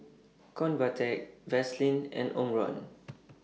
Convatec Vaselin and Omron